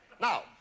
Now